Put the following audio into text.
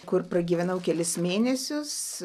kur pragyvenau kelis mėnesius